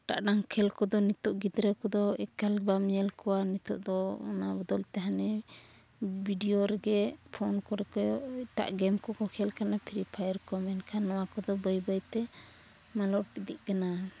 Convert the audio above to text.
ᱦᱚᱴᱟᱜ ᱰᱟᱝ ᱠᱷᱮᱞ ᱠᱚᱫᱚ ᱱᱤᱛᱳᱜ ᱜᱤᱫᱽᱨᱟᱹ ᱠᱚᱫᱚ ᱮᱠᱟᱞ ᱵᱟᱢ ᱧᱮᱞ ᱠᱚᱣᱟ ᱱᱤᱛᱚᱜ ᱫᱚ ᱚᱱᱟ ᱵᱚᱫᱚᱞᱛᱮ ᱦᱟᱱᱮ ᱵᱷᱤᱰᱤᱭᱳ ᱨᱮᱜᱮ ᱯᱷᱳᱱ ᱠᱚᱨᱮ ᱠᱚ ᱮᱴᱟᱜ ᱜᱮᱢ ᱠᱚᱠᱚ ᱠᱷᱮᱞ ᱠᱟᱱᱟ ᱠᱚ ᱯᱷᱨᱤ ᱯᱷᱟᱭᱟᱨ ᱠᱚ ᱢᱮᱱᱠᱷᱟᱱ ᱱᱚᱣᱟ ᱠᱚᱫᱚ ᱵᱟᱹᱭ ᱵᱟᱹᱭᱛᱮ ᱢᱟᱞᱚᱴ ᱤᱫᱤᱜ ᱠᱟᱱᱟ